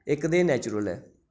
इक ते एह् नैचुरल ऐ